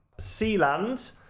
Sealand